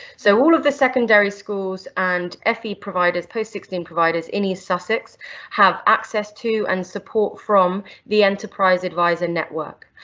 so all of the secondary schools and fe providers, post sixteen providers in east sussex have access, to and support from the enterprise advisor network.